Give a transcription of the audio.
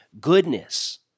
goodness